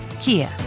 Kia